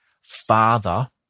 father